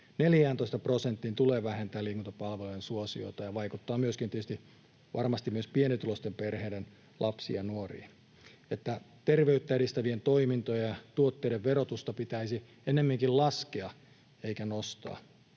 14 prosenttiin tulee vähentämään liikuntapalvelujen suosiota ja vaikuttaa tietysti varmasti myös pienituloisten perheiden lapsiin ja nuoriin. Terveyttä edistävien toimintojen ja tuotteiden verotusta pitäisi ennemminkin laskea eikä nostaa.